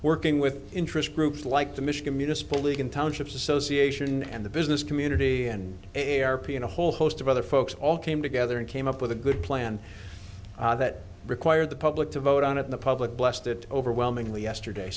working with interest groups like the michigan municipal league and townships association and the business community and airplay and a whole host of other folks all came together and came up with a good plan that required the public to vote on it in the public blasted overwhelmingly yesterday